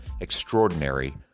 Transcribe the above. extraordinary